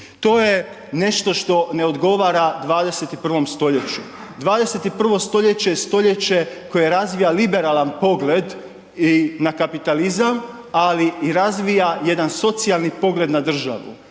To je nešto što ne odgovara 21. stoljeću. 21. stoljeće je stoljeće koje razvija liberalan pogled i na kapitalizam ali i razvija jedan socijalni pogled na državu.